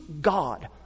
God